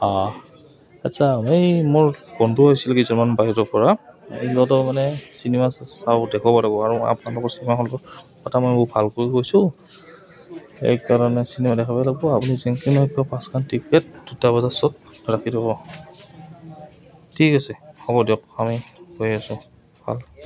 অ আচ্ছা এই মোৰ বন্ধু আহিছিলে কেইজনমান বাহিৰৰ পৰা ইহঁতক মানে চিনেমা চাওঁ দেখুৱাব লাগিব আৰু আপোনালোকৰ চিনেমা হলটোৰ কথা মই বৰ ভালকৈ কৈছোঁ সেইকাৰণে চিনেমা দেখাবই লাগিব আপুনি জেংকি নহওক কিয় পাঁচখন টিকেট দুটা বজাৰ শ্ব'ত ৰাখি থব ঠিক আছে হ'ব দিয়ক আমি গৈ আছোঁ ভাল